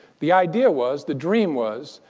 the idea was, the dream was,